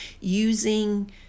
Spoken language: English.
using